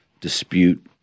dispute